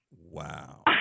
Wow